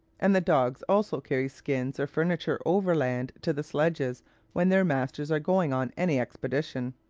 and the dogs also carry skins or furniture overland to the sledges when their masters are going on any expedition.